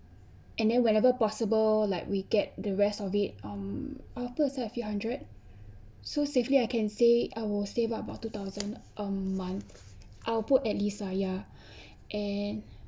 and then whenever possible like we get the rest of it um I will put aside a few hundred so safely I can say I will safe up about two thousand a month I'll put at least ah ya and